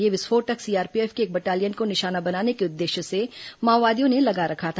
यह विस्फोटक सीआरपीएफ की एक बटालियन को निशाना बनाने के उद्देश्य से माओवादियों ने लगा रखा था